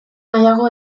nahiago